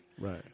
Right